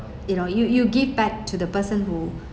you know you you give back to the person who